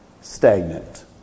stagnant